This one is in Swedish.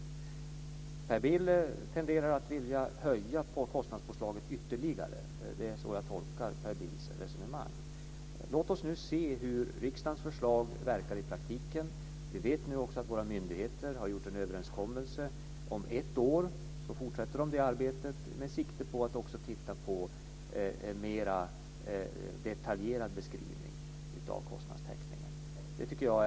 Per Bill tenderar att vilja höja kostnadspåslaget ytterligare. Det är så jag tolkar Per Bills resonemang. Låt oss nu se hur riksdagens förslag verkar i praktiken. Vi vet att våra myndigheter har gjort en överenskommelse. Om ett år fortsätter de arbetet med sikte på att titta på en mera detaljerad beskrivning av kostnadstäckningen.